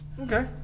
Okay